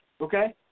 okay